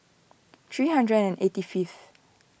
three hundred and eighty fifth